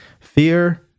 Fear